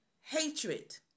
Hatred